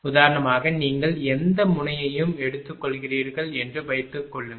உதாரணமாக நீங்கள் எந்த முனையையும் எடுத்துக் கொள்கிறீர்கள் என்று வைத்துக் கொள்ளுங்கள்